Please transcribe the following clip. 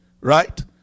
right